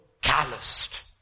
calloused